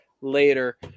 later